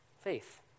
Faith